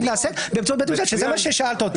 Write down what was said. נעשית באמצעות בית משפט וזה מה ששאלת אותי.